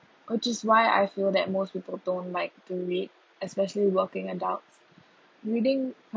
which is why I feel that most people don't like to read especially working adults reading